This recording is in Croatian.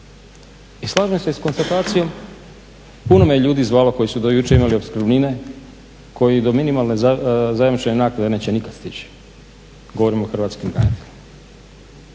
I slažem se s konstatacijom, puno me ljudi zvalo koji su do jučer imali opskrbnine, koji do minimalne zajamčene naknade neće nikad stići, govorim o hrvatskim braniteljima.